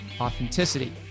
authenticity